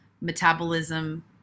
metabolism